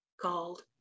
called